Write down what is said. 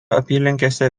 apylinkėse